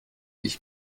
ich